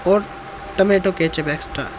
और tomato ketchup extra